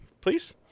please